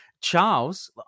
charles